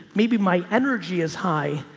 maybe my energy is high,